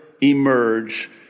emerge